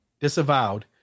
disavowed